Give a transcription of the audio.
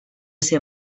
ser